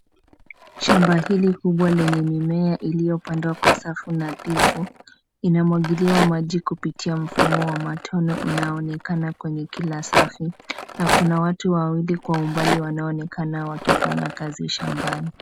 Shamba hili kubwa lenye mimea iliyopandwa kwa safu na difu, inamwagiliwa maji kupitia mfumo wa matone unaoonekana kwenye kila safu, na kuna watu wawili kwa umbali wanaoonekana wakifanya kazi shambani.